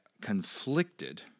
conflicted